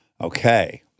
Okay